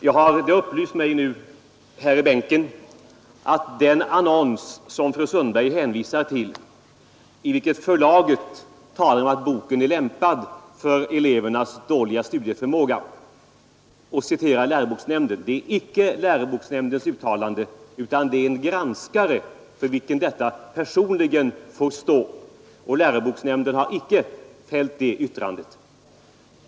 Jag har nu här i bänken fått upplysning om att vad gäller den annons som fru Sundberg hänvisar till, i vilken förlaget talar om att boken är lämpad för elevernas dåliga studieförmåga och där citerar läroboksnämnden, så är detta icke ett uttalande av läroboksnämnden, utan det är ett uttalande av en granskare, som personligen får stå för det. Läroboksnämnden har icke gjort det uttalandet.